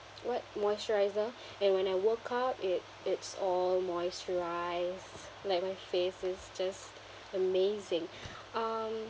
what moisturiser and when I woke up it it's all moisturised like my face is just amazing um